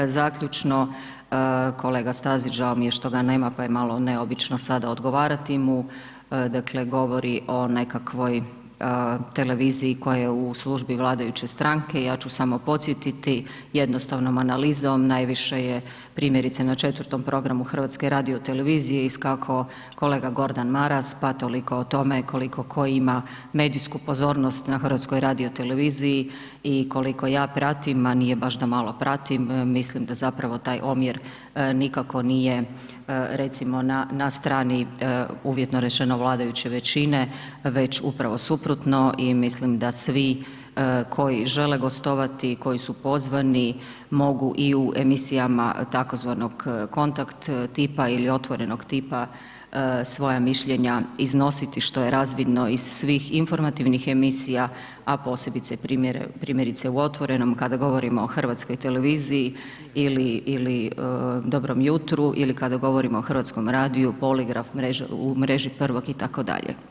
Zaključno, kolega Stazić, žao mi je što ga nema, pa je malo neobično sada odgovarati mu, dakle, govori o nekakvoj televiziji koja je u službi vladajuće stranke, ja ću samo podsjetiti, jednostavnom analizom najviše je, primjerice na četvrtom programu HRT-a iskakao kolega Gordan Maras, pa toliko o tome koliko tko ima medijsku pozornost na HRT-u i koliko ja pratim, a nije baš da malo pratim, mislim da zapravo taj omjer nikako nije recimo na strani, uvjetno rečeno, vladajuće većine, već upravo suprotno i mislim da svi koji žele gostovati, koji su pozvani, mogu i u emisijama tzv. kontakt tipa ili otvorenog tipa, svoja mišljenja iznositi, što je razvidno iz svih informativnih emisija, a posebice primjerice u Otvorenom kada govorimo o hrvatskoj televiziji ili Dobrom jutru ili kada govorimo o hrvatskom radiju, Poligraf, U mreži prvog itd.